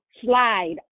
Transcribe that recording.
slide